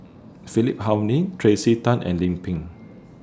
Philip Hoalim Tracey Tan and Lim Pin